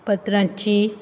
पत्रांची